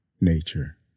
nature